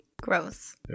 Gross